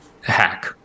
hack